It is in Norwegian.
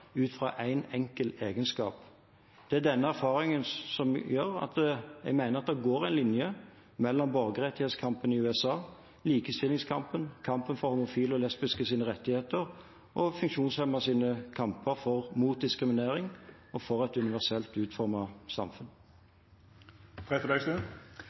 ut fra en enkel egenskap. Det er denne erfaringen som gjør at jeg mener det går en linje mellom borgerrettighetskampen i USA, likestillingskampen, kampen for homofile og lesbiskes rettigheter og funksjonshemmedes kamper mot diskriminering og for et universelt